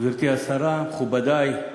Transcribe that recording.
גברתי השרה, מכובדי,